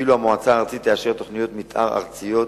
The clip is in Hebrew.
ואילו המועצה הארצית תאשר תוכניות מיתאר ארציות